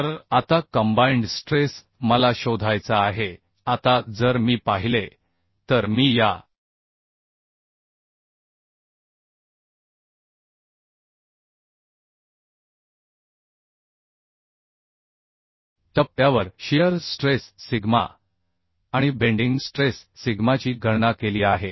तर आता combined stress मला शोधायचा आहे आता जर मी पाहिले तर मी या टप्प्यावर शियर स्ट्रेस सिग्मा आणि बेंडिंग स्ट्रेस सिग्माची गणना केली आहे